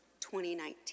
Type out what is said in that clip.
2019